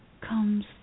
comes